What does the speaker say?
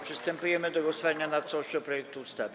Przystępujemy do głosowania nad całością projektu ustawy.